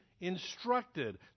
instructed